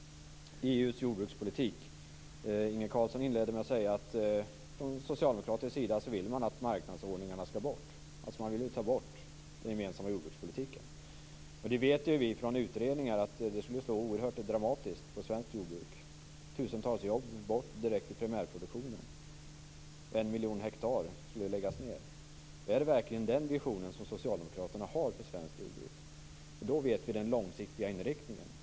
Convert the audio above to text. Carlsson med att säga att man från socialdemokraternas sida vill att marknadsordningarna skall bort. Man vill alltså få bort den gemensamma jordbrukspolitiken. Vi vet från utredningar att det skulle slå oerhört dramatiskt på svenskt jordbruk. Tusentals jobb skulle direkt bort från primärproduktionen. En miljon hektar skulle läggas ned. Om det verkligen är den vision socialdemokraterna har om svenskt jordbruk då vet vi den långsiktiga inriktningen.